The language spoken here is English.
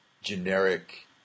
generic